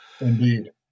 Indeed